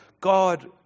God